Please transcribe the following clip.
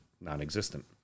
non-existent